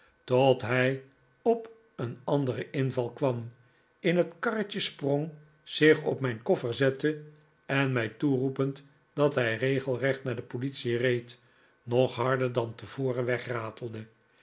tot hij op een anderen inval kwam in het karretje sprong zich op mijn koffer zette en mij toeroepend dat hij regelrecht naar de politie reed nog harder dan tevoren wegratelde